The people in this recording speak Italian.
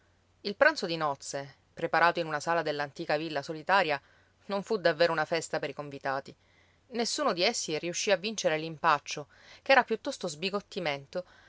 il pranzo di nozze preparato in una sala dell'antica villa solitaria non fu davvero una festa per i convitati nessuno di essi riuscì a vincere l'impaccio ch'era piuttosto sbigottimento